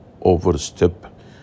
overstep